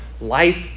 life